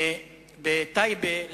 בטייבה,